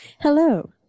Hello